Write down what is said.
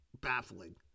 baffling